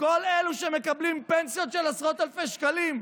כל אלו שמקבלים פנסיות של עשרות אלפי שקלים.